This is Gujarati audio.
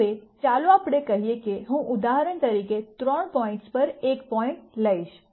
હવે ચાલો આપણે કહીએ કે હું ઉદાહરણ તરીકે ત્રણ પોઈન્ટ્સ પર એક પોઈન્ટ લઈશ